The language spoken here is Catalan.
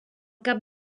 cap